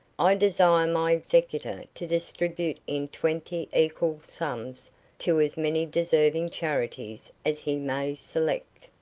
i desire my executor to distribute in twenty equal sums to as many deserving charities as he may select.